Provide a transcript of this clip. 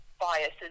biases